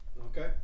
okay